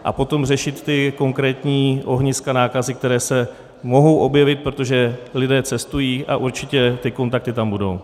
A potom řešit ta konkrétní ohniska nákazy, která se mohou objevit, protože lidé cestují a určitě ty kontakty tam budou.